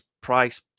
price